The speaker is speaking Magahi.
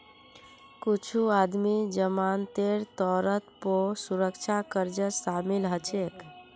कुछू आदमी जमानतेर तौरत पौ सुरक्षा कर्जत शामिल हछेक